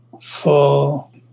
full